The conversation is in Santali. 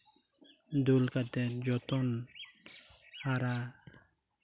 ᱫᱩᱞ ᱠᱟᱛᱮᱫ ᱡᱚᱛᱚᱱ ᱦᱟᱨᱟ